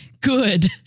good